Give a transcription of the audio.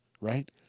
right